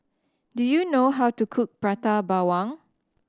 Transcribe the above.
do you know how to cook Prata Bawang